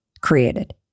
created